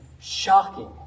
shocking